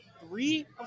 three